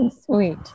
Sweet